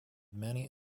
many